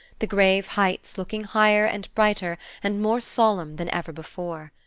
the grave heights looking higher and brighter and more solemn than ever before.